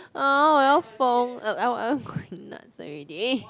I will I will going nuts already